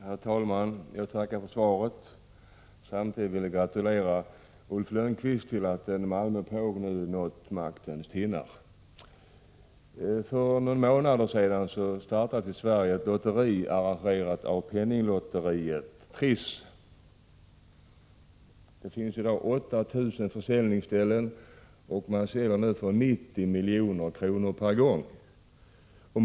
Herr talman! Jag tackar för svaret. Samtidigt vill jag gratulera Ulf Lönnqvist till att han som är en Malmöpåg nu har nått maktens tinnar. För några månader sedan startades i Sverige ett lotteri, arrangerat av Penninglotteriet, Triss. Det finns i dag 8 000 försäljningsställen och man säljer för 90 milj.kr. per gång.